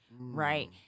right